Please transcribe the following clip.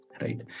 right